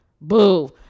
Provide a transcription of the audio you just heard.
Boo